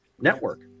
network